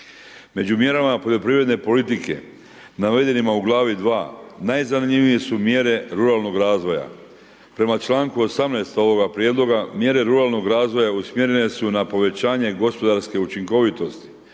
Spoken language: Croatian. Među mjerama poljoprivredne politike navedenima u Glavi 2., najzanimljivije su mjere ruralnog razvoja. Prema članku 18. ovoga prijedloga, mjere ruralnog razvoja usmjerene su na povećanje gospodarske učinkovitosti,